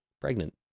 pregnant